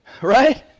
right